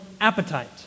appetite